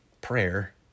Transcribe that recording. prayer